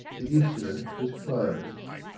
the incident was closed.